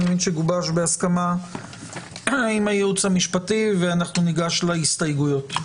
אני מבין שגובש בהסכמה עם הייעוץ המשפטי ואנחנו ניגש להסתייגויות.